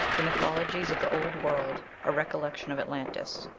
the mythologies of the old world a recollection of atlantis.